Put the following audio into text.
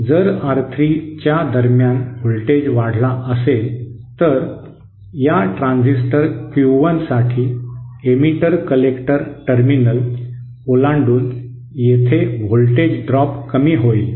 जर R3 च्या दरम्यान व्होल्टेज वाढला असेल तर या ट्रान्झिस्टर Q1 साठी एमिटर कलेक्टर टर्मिनल ओलांडून येथे व्होल्टेज ड्रॉप कमी होईल